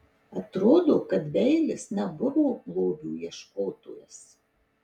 atrodo kad beilis nebuvo lobių ieškotojas